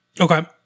Okay